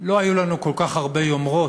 לא היו לנו כל כך הרבה יומרות,